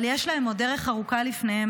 אבל יש להן עוד דרך ארוכה לפניהם.